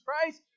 Christ